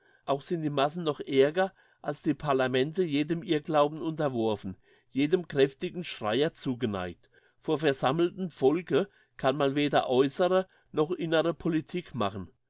auch sind die massen noch ärger als die parlamente jedem irrglauben unterworfen jedem kräftigen schreier zugeneigt vor versammeltem volke kann man weder äussere noch innere politik machen